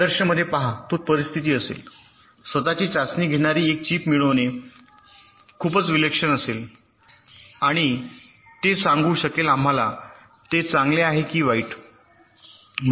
आदर्श मध्ये पहा तो परिस्थिती असेल स्वत ची चाचणी घेणारी एक चिप मिळविणे खूपच विलक्षण असेल आणि ते सांगू शकेल आम्हाला ते चांगले आहे की मी वाईट आहे